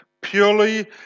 purely